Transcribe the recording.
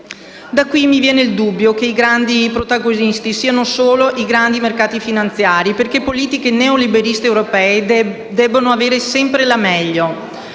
Da qui mi viene il dubbio che i grandi protagonisti siano solo i grandi mercati finanziari, perché le politiche neoliberiste europee debbono avere sempre la meglio;